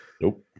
Nope